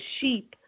sheep